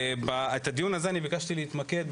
בדיון הזה ביקשתי להתמקד,